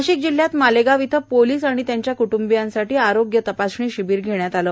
नाशिक जिल्ह्यात मालेगाव इथं पोलीस आणि त्यांच्या क्ट्ंबियांसाठी आज आरोग्य तपासणी शिबीर घेण्यात आलं